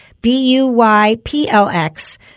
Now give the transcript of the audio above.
B-U-Y-P-L-X